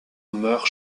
meurt